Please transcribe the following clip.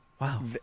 Wow